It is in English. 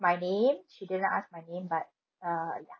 my name she didn't ask my name but (um)ya